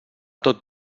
tot